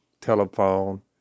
telephone